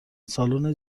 سالن